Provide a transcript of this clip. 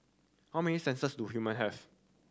how many senses do human have